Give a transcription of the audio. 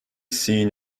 seen